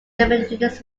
units